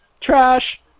Trash